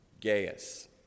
Gaius